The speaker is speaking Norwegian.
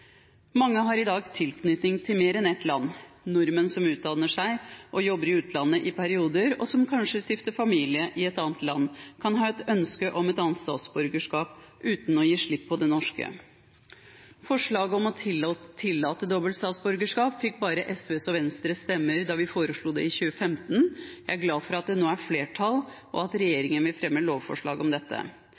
Mange har i dag tilknytning til mer enn ett land. Nordmenn som utdanner seg og jobber i utlandet i perioder, og som kanskje stifter familie i et annet land, kan ha et ønske om et annet statsborgerskap uten å gi slipp på det norske. Forslaget om å tillate dobbelt statsborgerskap fikk bare SVs og Venstres stemmer da vi foreslo det i 2015. Jeg er glad for at det nå er flertall, og at regjeringen vil fremme lovforslag om dette.